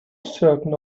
certain